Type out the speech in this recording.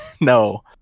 No